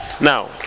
Now